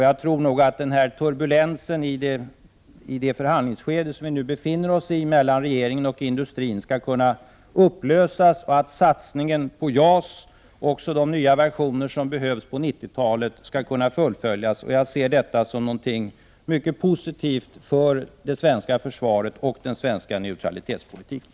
Jag tror nog att turbulensen i det förhandlingsskede som man nu befinner sig i mellan regeringen och industrin skall kunna upplösas och att satsningen på JAS, även de nya versioner som behövs på 90-talet, skall kunna fullföljas. Jag ser detta som någonting mycket positivt för det svenska försvaret och för den svenska neutralitetspolitiken.